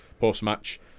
post-match